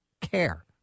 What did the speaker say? care